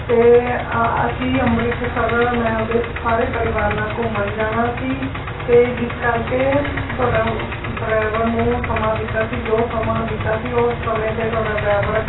ਅਤੇ ਅਸੀਂ ਅੰਮ੍ਰਿਤਸਰ ਮੈਂ ਆਪਣੇ ਸਾਰੇ ਪਰਿਵਾਰ ਨਾਲ ਘੁੰਮਣ ਜਾਣਾ ਸੀ ਅਤੇ ਜਿਸ ਕਰਕੇ ਤੁਹਾਡਾ ਡਰੈਵਰ ਨੂੰ ਸਮਾਂ ਦਿੱਤਾ ਸੀ ਜੋ ਸਮਾਂ ਦਿੱਤਾ ਸੀ ਉਹ ਸਮੇਂ 'ਤੇ ਤੁਹਾਡਾ ਡਰੈਵਰ